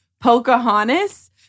Pocahontas